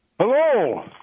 Hello